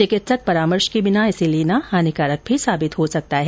चिकित्सक परामर्श के बिना इसे लेना हानिकारक भी साबित हो सकता है